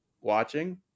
watching